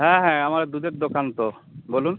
হ্যাঁ হ্যাঁ আমার দুধের দোকান তো বলুন